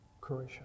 Croatia